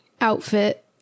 outfit